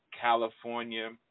california